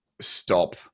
stop